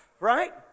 Right